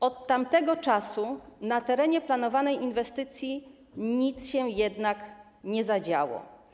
Od tamtego czasu na terenie planowanej inwestycji nic się jednak nie zadziało.